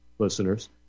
listeners